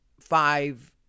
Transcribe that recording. five